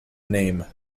name